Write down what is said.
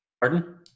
Pardon